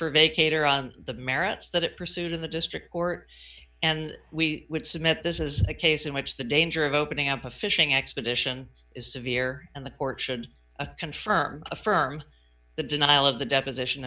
for vacate or on the merits that it pursued in the district court and we would submit this is a case in which the danger of opening up a fishing expedition is severe and the court should confirm affirm the denial of the deposition